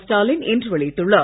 ஸ்டாலின் இன்று வெளியிட்டுள்ளார்